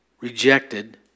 rejected